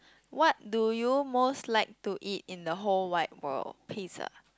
what do you most like to eat in the whole wide world pizza